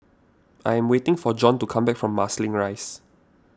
I am waiting for Jon to come back from Marsiling Rise